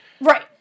Right